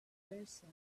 person